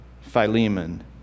Philemon